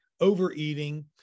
overeating